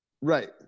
Right